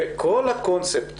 כל הקונספט